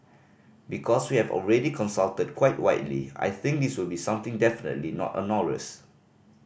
because we have already consulted quite widely I think this will be something definitely not onerous